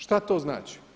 Šta to znači?